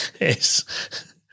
Yes